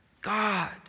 God